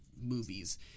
movies